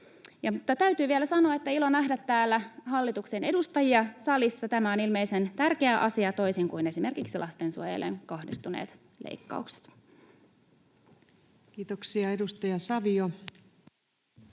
täytyy vielä sanoa, että ilo nähdä hallituksen edustajia täällä salissa. Tämä on ilmeisen tärkeä asia toisin kuin esimerkiksi lastensuojeluun kohdistuneet leikkaukset. Kiitoksia. — Edustaja Savio.